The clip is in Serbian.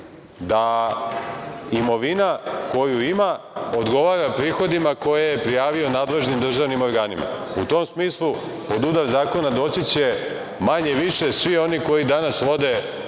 da imovina koju ima odgovara prihodima koje je prijavio nadležnim državnim organima. U tom smislu pod udar zakona doći će manje-više svi oni koji danas vode